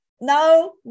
no